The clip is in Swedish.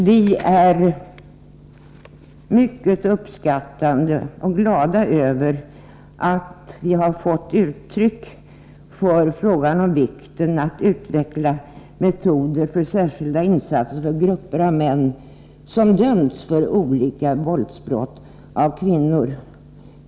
Vi uppskattar mycket och är glada över att vi har fått uttryck för vikten av att utveckla metoder för särskilda insatser för grupper av män som dömts för olika våldsbrott mot kvinnor.